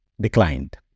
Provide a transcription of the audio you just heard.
declined